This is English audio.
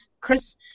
Chris